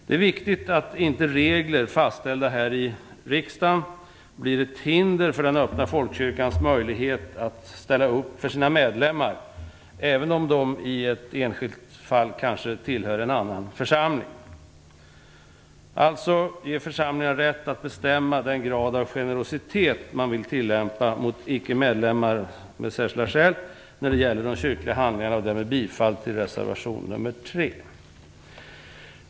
Det är viktigt att inte regler som är fastställda här i riksdagen blir ett hinder för den öppna folkkyrkans möjlighet att ställa upp för sina medlemmar även om de i ett enskilt fall kanske tillhör en annan församling. Alltså bör församlingen ges rätt att bestämma den grad av generositet som man vill tillämpa mot icke medlemmar som har särskilda skäl när det gäller de kyrkliga handlingarna. Därmed yrkar jag bifall till reservation nr 3.